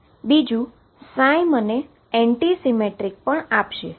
બીજો ψ મને anti symmetric આપશે